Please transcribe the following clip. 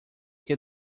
que